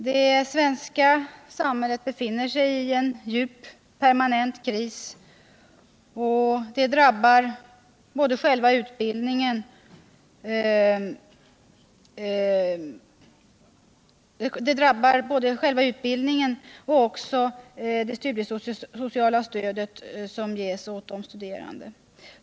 Det svenska samhället befinner sig i en djup permanent kris, och detta drabbar såväl själva utbildningen som det studiesociala stödet åt de studerande.